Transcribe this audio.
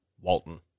Walton